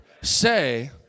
say